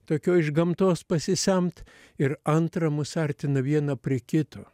tokio iš gamtos pasisemt ir antra mus artina vieną prie kito